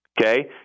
okay